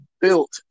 built